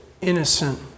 innocent